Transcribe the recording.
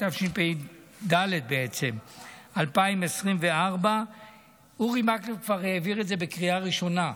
התשפ"ג 2023. אורי מקלב כבר העביר את זה בקריאה ראשונה,